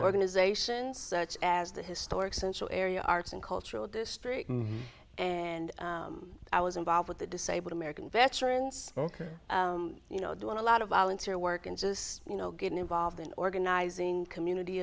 organizations such as the historic central area arts and cultural district and i was involved with the disabled american veterans you know doing a lot of volunteer work and just you know getting involved in organizing community